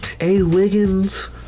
A-Wiggins